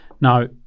Now